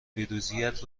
پیروزیت